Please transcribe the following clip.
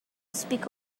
speak